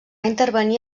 intervenir